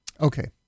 okay